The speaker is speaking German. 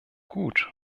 gut